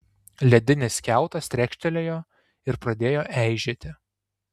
ledinis kiautas trekštelėjo ir pradėjo eižėti